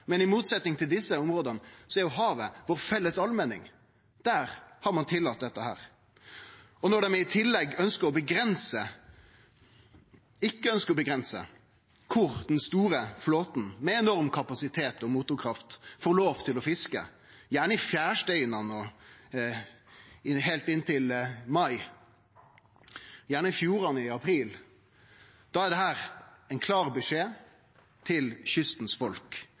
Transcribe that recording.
Men i motsetnad til desse områda er havet vår felles allmenning – der har ein tillate dette. Når dei i tillegg ikkje ønskjer å avgrense kor dei store flåtane, med enorm kapasitet og motorkraft, får lov til å fiske – gjerne i fjærestein og heilt inntil mai, gjerne i fjordane i april – da er dette ein klar beskjed til folk